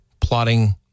plotting